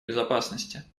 безопасности